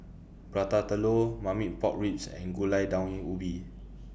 Prata Telur Marmite Pork Ribs and Gulai Daun Ubi